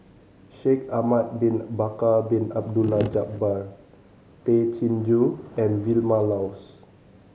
Shaikh Ahmad Bin Bakar Bin Abdullah Jabbar Tay Chin Joo and Vilma Laus